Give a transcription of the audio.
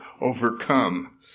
overcome